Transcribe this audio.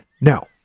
Now